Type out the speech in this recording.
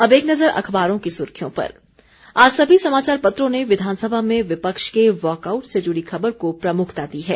अब एक नजर अखबारों की सुर्खियों पर आज सभी समाचार पत्रों ने विधानसभा में विपक्ष के वॉकआउट से जुड़ी खबर को प्रमुखता दी है